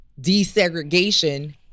desegregation